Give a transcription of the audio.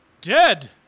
Dead